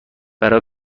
برا